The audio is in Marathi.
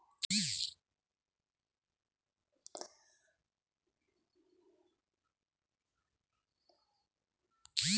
संजय गांधी निराधार अनुदान योजनेसाठी मी अर्ज करू शकतो का?